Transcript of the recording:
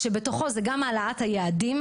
כשבתוכו זה גם העלאת היעדים,